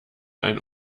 ein